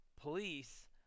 police